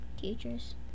teachers